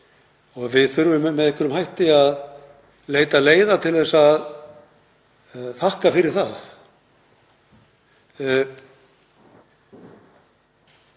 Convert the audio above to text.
Við þurfum með einhverjum hætti að leita leiða til þess að þakka fyrir það.